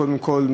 קודם כול,